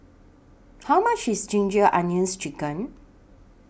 How much IS Ginger Onions Chicken